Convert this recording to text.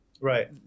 Right